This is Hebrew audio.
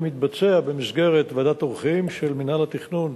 מתבצע במסגרת ועדת העורכים של מינהל התכנון